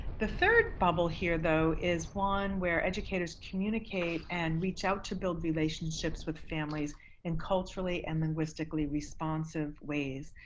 the third bubble here, though, is one where educators communicate and reach out to build relationships with families and culturally and linguistically-responsive ways.